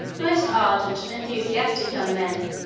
most ardent and enthusiastic young men,